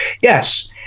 Yes